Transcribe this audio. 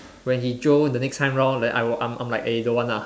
when he jio the next time round like I will I'm I'm like eh don't want ah